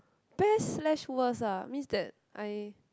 best slash worst ah means that I